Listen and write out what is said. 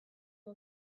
who